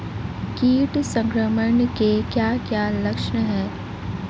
कीट संक्रमण के क्या क्या लक्षण हैं?